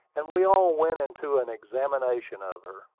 and we all went into an examination of her.